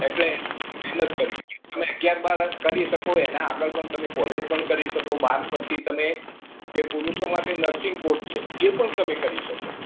એટલે મહેનત કરવી જોઈએ તમે અગિયાર બાર કરી શકો એના આગળ પણ તમે કોલેજ પણ કરી શકો બાર પછી તમે જે પુરુષો માટે નર્સિંગ કોર્સ છે એ પણ તમે કરી શકો